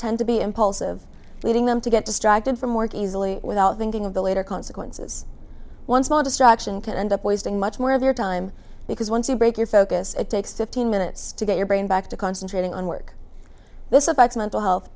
tend to be impulsive leaving them to get distracted from work easily without thinking of the later consequences one small distraction can end up wasting much more of their time because once you break your focus it takes fifteen minutes to get your brain back to concentrating on work this affects mental health